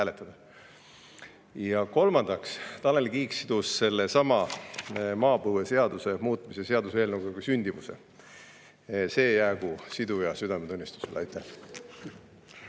Ja kolmandaks, Tanel Kiik sidus sellesama maapõueseaduse muutmise seaduse eelnõuga ka sündimuse. See jäägu siduja südametunnistusele. Aitäh!